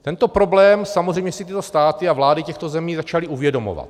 Tento problém samozřejmě si tyto státy a vlády těchto zemí začaly uvědomovat.